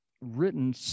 written